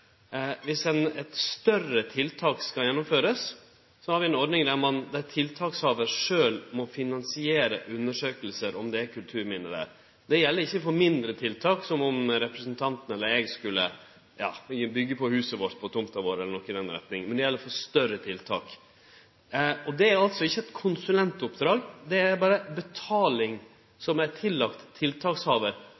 eit større tiltak skal gjennomførast, har vi ei ordning der tiltakshavar sjølv må finansiere undersøkingar om det er kulturminne der. Det gjeld ikkje for mindre tiltak, t.d. om representanten eller eg skulle byggje på huset på tomta vår eller noko i den retninga, men det gjeld for større tiltak. Det er altså ikkje eit konsulentoppdrag, det er berre betaling